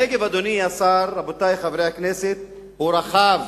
הנגב, אדוני השר, רבותי חברי הכנסת, הוא רחב,